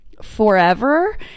forever